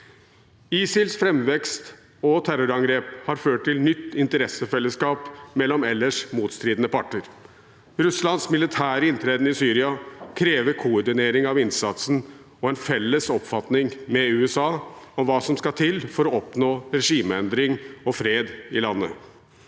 ISILs framvekst og terrorangrep har ført til et nytt interessefellesskap mellom ellers motstridende parter. Russlands militære inntreden i Syria krever koordinering av innsatsen og en felles oppfatning med USA om hva som skal til for å oppnå regimeendring og fred i landet.